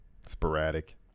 sporadic